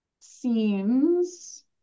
seems